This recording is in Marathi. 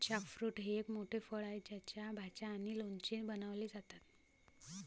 जॅकफ्रूट हे एक मोठे फळ आहे ज्याच्या भाज्या आणि लोणचे बनवले जातात